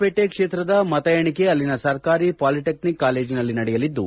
ಪೇಟೆ ಕ್ಷೇತ್ರದ ಮತ ಎಣಿಕೆ ಅಲ್ಲಿನ ಸರ್ಕಾರಿ ಪಾಲಿಟೆಕ್ನಿಕ್ ಕಾಲೇಜನಲ್ಲಿ ನಡೆಯಲಿದ್ದು